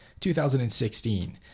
2016